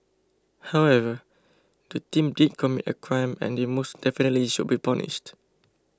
however the team did commit a crime and they most definitely should be punished